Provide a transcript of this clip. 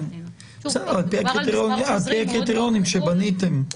על פי הקריטריונים שבניתם.